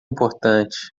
importante